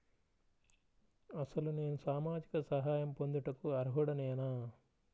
అసలు నేను సామాజిక సహాయం పొందుటకు అర్హుడనేన?